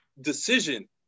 decision